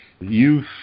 youth